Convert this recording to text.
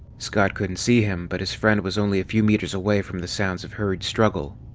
scott couldn't see him, but his friend was only a few meters away from the sounds of hurried struggle.